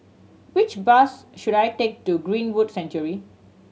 which bus should I take to Greenwood Sanctuary